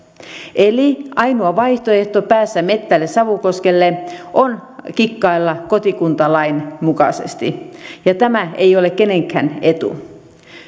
ainoa vaihtoehto päästä metsälle savukoskelle on kikkailla kotikuntalain mukaisesti tämä ei ole kenenkään etu